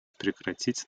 прекратить